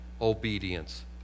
obedience